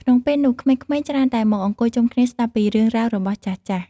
ក្នុងពេលនោះ ក្មេងៗច្រើនតែមកអង្គុយជុំគ្នាស្ដាប់ពីរឿងរ៉ាវរបស់ចាស់ៗ។